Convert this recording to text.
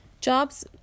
Jobs